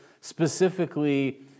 specifically